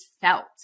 felt